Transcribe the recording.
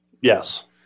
Yes